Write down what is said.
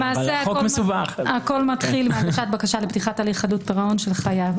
למעשה הכול מתחיל מבקשה לפתיחת הליך חדלות פירעון של חייב.